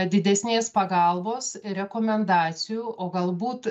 didesnės pagalbos rekomendacijų o galbūt